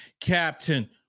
Captain